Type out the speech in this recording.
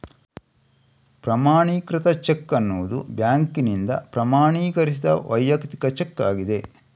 ಪ್ರಮಾಣೀಕೃತ ಚೆಕ್ ಅನ್ನುದು ಬ್ಯಾಂಕಿನಿಂದ ಪ್ರಮಾಣೀಕರಿಸಿದ ವೈಯಕ್ತಿಕ ಚೆಕ್ ಆಗಿದೆ